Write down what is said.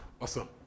Awesome